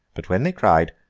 but when they cried,